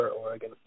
Oregon